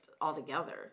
altogether